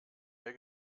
mehr